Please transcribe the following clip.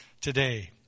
today